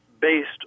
based